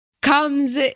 comes